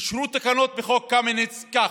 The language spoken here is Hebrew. אישרו תקנות בחוק קמיניץ ככה: